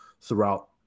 throughout